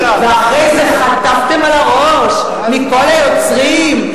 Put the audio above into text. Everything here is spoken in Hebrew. ואחרי זה חטפתם על הראש מכל היוצרים,